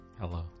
Hello